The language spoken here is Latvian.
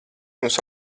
mums